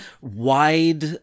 wide